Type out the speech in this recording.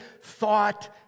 thought